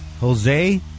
Jose